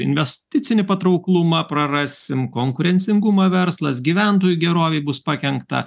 investicinį patrauklumą prarasim konkurencingumą verslas gyventojų gerovei bus pakenkta